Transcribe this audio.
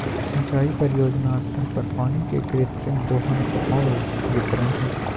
सिंचाई परियोजना स्तर पर पानी के कृत्रिम दोहन और वितरण हइ